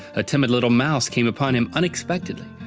a timid little mouse came upon him unexpectedly,